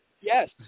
Yes